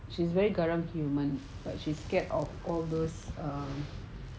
she's very garang human but she's scared of all those